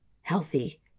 healthy